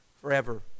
forever